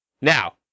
Now